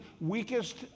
weakest